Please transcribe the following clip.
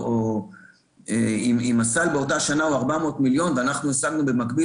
אם הסל באותה שנה הוא 400 מיליון ואנחנו השגנו במקביל